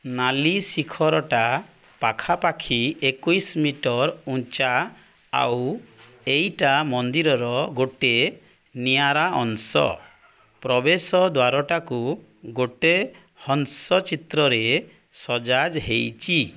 ନାଲି ଶିଖରଟା ପାଖାପାଖି ଏକୋଇଶ ମିଟର୍ ଉଞ୍ଚା ଆଉ ଏଇଟା ମନ୍ଦିରର ଗୋଟେ ନିଆରା ଅଂଶ ପ୍ରବେଶ ଦ୍ୱାରଟାକୁ ଗୋଟେ ହଂସ ଚିତ୍ରରେ ସଜା ହେଇଛି